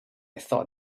thought